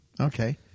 Okay